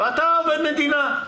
ואתה עובד מדינה.